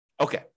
Okay